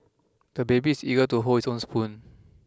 the baby is eager to hold his own spoon